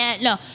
No